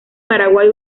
paraguay